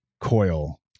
Coil